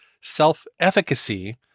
self-efficacy